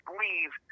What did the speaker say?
leave